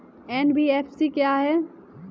NBFC क्या है?